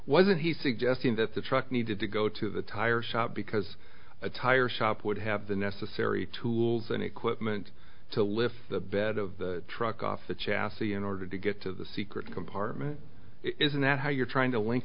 wasn't he suggesting that the truck needed to go to the tire shop because a tire shop would have the necessary tools and equipment to lift the bed of the truck off the chassis in order to get to the secret compartment isn't that how you're trying to link